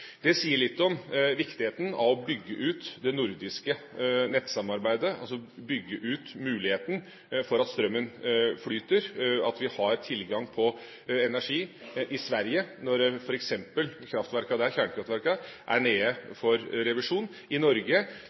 Det sier litt om viktigheten av å bygge ut det nordiske nettsamarbeidet, altså bygge ut muligheten for at strømmen flyter, og at vi har tilgang på energi – i Sverige når f.eks. kjernekraftverkene der er nede for revisjon, og i Norge